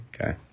okay